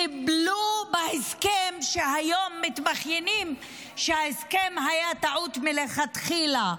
חיבלו בהסכם כשהיום מתבכיינים שההסכם היה טעות מלכתחילה,